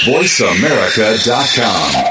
VoiceAmerica.com